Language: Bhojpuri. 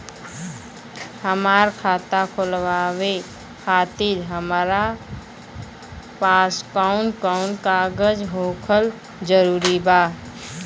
हमार खाता खोलवावे खातिर हमरा पास कऊन कऊन कागज होखल जरूरी बा?